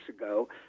ago